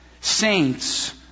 Saints